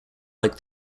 like